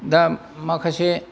दा माखासे